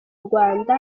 rwanda